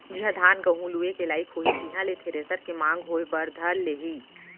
जिहॉं धान, गहूँ लुए के लाइक होही तिहां ले थेरेसर के मांग होय बर धर लेही